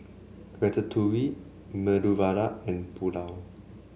Ratatouille Medu Vada and Pulao